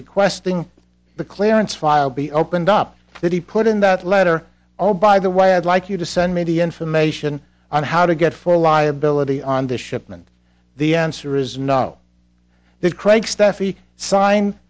requesting the clearance file be opened up that he put in that letter oh by the way i'd like you to send me the information on how to get for liability on the shipment the answer is no that craig stephy sign